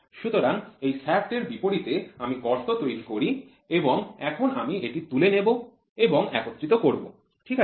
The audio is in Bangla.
সুতরাং এই শ্যাফ্টের বিপরীতে আমি গর্ত তৈরি করি এবং এখন আমি এটি তুলে নেব এবং একত্রিত করব ঠিক আছে